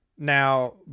Now